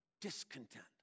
discontent